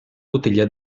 bottiglia